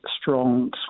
strong